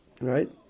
Right